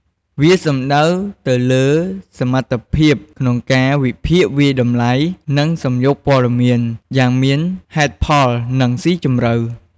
វាសំដៅទៅលើសមត្ថភាពក្នុងការ វិភាគ វាយតម្លៃ និងសំយោគព័ត៌មាន យ៉ាងមានហេតុផល និងស៊ីជម្រៅ។